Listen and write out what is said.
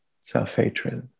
self-hatred